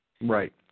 Right